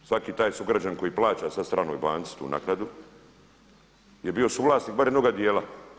Svaki taj sugrađan koji plaća sad stranoj banci tu naknadu je bio suvlasnik barem jednoga dijela.